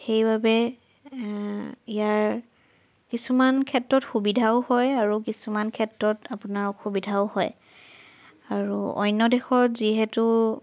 সেইবাবে ইয়াৰ কিছুমান ক্ষেত্ৰত সুবিধাও হয় আৰু কিছুমান ক্ষেত্ৰত আপোনাৰ অসুবিধাও হয় আৰু অন্য দেশত যিহেতু